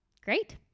Great